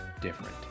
different